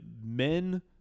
men